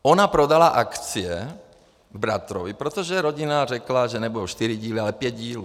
Ona prodala akcie bratrovi, protože rodina řekla, že nebudou čtyři díly, ale pět dílů.